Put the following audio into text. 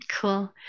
Cool